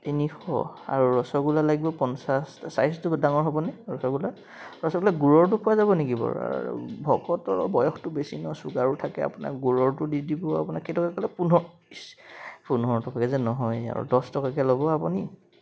তিনিশ আৰু ৰসগোল্লা লাগিব পঞ্চাছটা চাইজটো ডাঙৰ হ'বনে ৰসগোল্লা ৰসগোল্লা গুড়ৰটো পোৱা যাব নেকি বাৰু আৰু ভকতৰ বয়সটো বেছি নহয় চুগাৰো থাকে আপোনাৰ গুড়ৰটো দি দিব আপোনাৰ কেইটকা ক'লে পোন্ধৰ ইছ্ পোন্ধৰ টকাকৈ যে নহয় আৰু দহ টকাকৈ ল'ব আপুনি